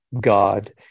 God